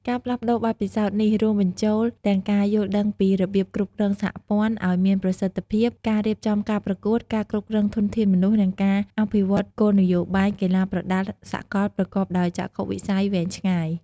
ការផ្លាស់ប្ដូរបទពិសោធន៍នេះរួមបញ្ចូលទាំងការយល់ដឹងពី របៀបគ្រប់គ្រងសហព័ន្ធឲ្យមានប្រសិទ្ធភាព ការរៀបចំការប្រកួត ការគ្រប់គ្រងធនធានមនុស្ស និងការអភិវឌ្ឍគោលនយោបាយកីឡាប្រដាល់សកលប្រកបដោយចក្ខុវិស័យវែងឆ្ងាយ។